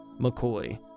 McCoy